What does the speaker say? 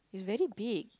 is very big